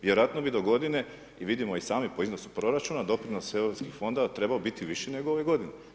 Vjerojatno bi do godine, i vidimo sami po iznosu proračuna, doprinos Europskih fondova bi trebao biti viši nego ove godine.